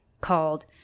called